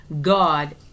God